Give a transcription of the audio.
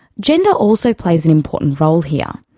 gender also plays an important role here.